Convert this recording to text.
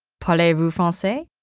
parlez-vous francais?